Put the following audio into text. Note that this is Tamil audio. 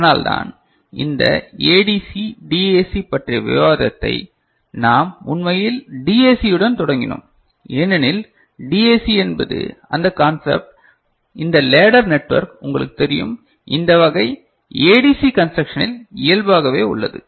அதனால்தான் இந்த ஏடிசி டிஏசி பற்றிய விவாதத்தை நாம் உண்மையில் டிஏசியுடன் தொடங்கினோம் ஏனெனில் டிஏசி என்பது அந்தக் கான்செப்ட் இந்த லேடர் நெட்வொர்க் உங்களுக்குத் தெரியும் இந்த வகை ஏடிசி கன்ஸ்ட்ரக்ஷனில் இயல்பாகவே உள்ளது